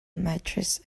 mattress